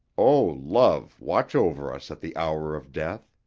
oh, love, watch over us at the hour of death.